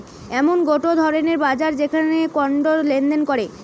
এমন গটে ধরণের বাজার যেখানে কন্ড লেনদেন করে